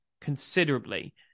considerably